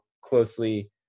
closely